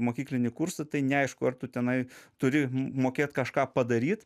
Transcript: mokyklinį kursą tai neaišku ar tu tenai turi mokėt kažką padaryt